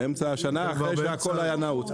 באמצע השנה אחרי שהכול היה נעול.